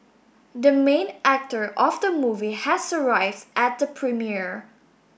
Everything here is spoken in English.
the main actor of the movie has arrive at the premiere